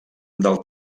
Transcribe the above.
del